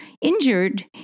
injured